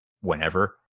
whenever